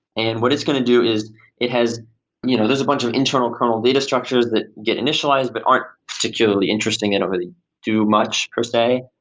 and what it's going to do is it has you know there's a bunch of internal kernel data structures that get initialized, but aren't particularly interesting and really do much per se.